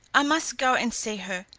i must go and see her.